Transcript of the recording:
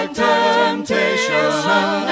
temptation